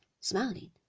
smiling